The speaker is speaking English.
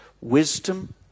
Wisdom